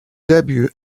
debut